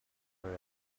for